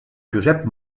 josep